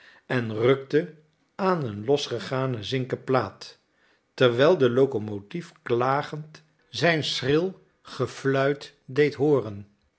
en rukte aan een losgegane zinken plaat terwijl de locomotief klagend zijn schril gefluit deed hooren